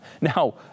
Now